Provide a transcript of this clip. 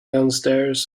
downstairs